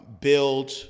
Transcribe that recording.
build